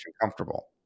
comfortable